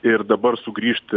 ir dabar sugrįžti